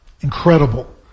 incredible